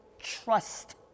trust